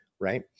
Right